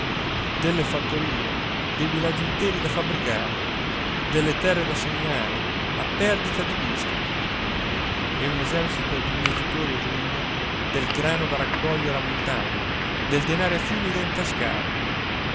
delle fattorie dei villaggi interi da fabbricare delle terre da seminare a perdita di vista e un esercito di mietitori a giugno del grano da raccogliere a montagne del denaro a fiumi da intascare